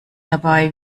dabei